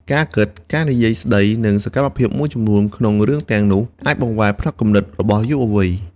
ការគិត ការនិយាយស្តី និងសកម្មភាពមួយចំនួនក្នុងរឿងទាំងនោះអាចបង្វែរផ្នត់គំនិតរបស់យុវវ័យ។